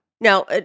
Now